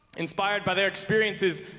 inspired by their experiences.